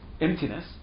emptiness